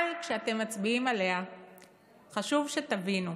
אבל כשאתם מצביעים עליה חשוב שתבינו: